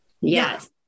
Yes